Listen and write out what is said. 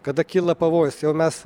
kada kyla pavojus jau mes